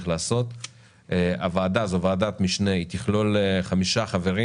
זו ועדת משנה, היא תכלול חמישה חברים